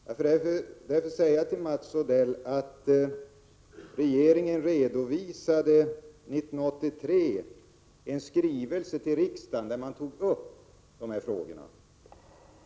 Jag vill därför säga till Mats Odell att regeringen 1983 i en skrivelse till riksdagen tog upp dessa frågor.